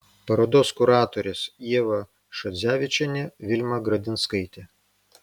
parodos kuratorės ieva šadzevičienė vilma gradinskaitė